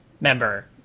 member